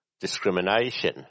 discrimination